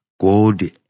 God